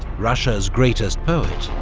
russia's greatest poet,